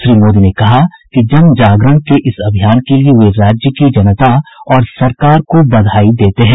श्री मोदी ने कहा कि जन जागरण के इस अभियान के लिए वे राज्य की जनता और सरकार को बधाई देते हैं